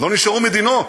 לא נשארו מדינות.